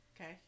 okay